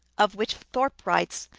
of which thorpe writes,